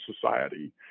society